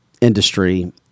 industry